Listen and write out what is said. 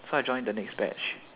so I joined the next batch